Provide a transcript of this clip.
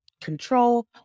control